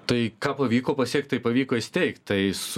tai ką pavyko pasiekt tai pavyko įsteigt tai su